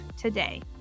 today